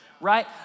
right